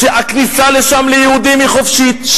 שהכניסה לשם ליהודים היא חופשית,